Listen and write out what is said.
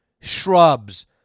shrubs